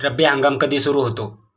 रब्बी हंगाम कधी सुरू होतो?